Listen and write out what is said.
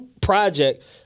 project